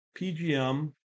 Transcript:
PGM